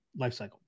lifecycle